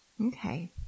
Okay